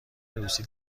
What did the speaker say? روسی